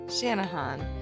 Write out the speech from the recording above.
Shanahan